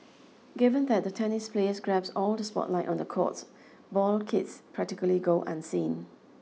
given that the tennis players grabs all the spotlight on the courts ball kids practically go unseen